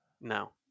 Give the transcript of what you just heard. No